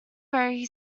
very